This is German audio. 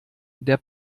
der